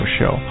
Show